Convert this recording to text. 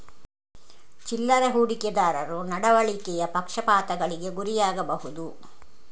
ಚಿಲ್ಲರೆ ಹೂಡಿಕೆದಾರರು ನಡವಳಿಕೆಯ ಪಕ್ಷಪಾತಗಳಿಗೆ ಗುರಿಯಾಗಬಹುದು